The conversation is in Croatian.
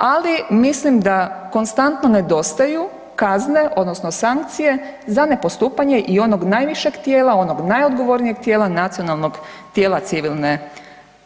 Ali mislim da konstantno nedostaju kazne, odnosno sankcije za nepostupanje i onog najvišeg tijela, onog najodgovornijeg tijela nacionalnog tijela Civilne